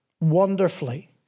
wonderfully